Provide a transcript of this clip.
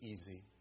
easy